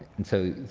and so,